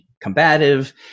combative